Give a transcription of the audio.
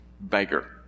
beggar